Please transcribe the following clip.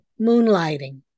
Moonlighting